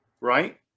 right